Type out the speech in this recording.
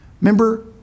Remember